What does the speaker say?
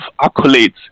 accolades